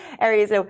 areas